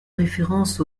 référence